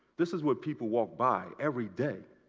this is what people walk by every day.